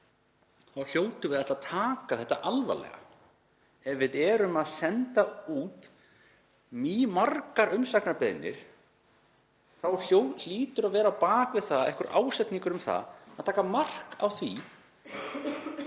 þá hljótum við að ætla að taka þetta alvarlega. Ef við erum að senda út mýmargar umsagnarbeiðnir þá hlýtur að vera á bak við það einhver ásetningur um að taka mark á því